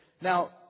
now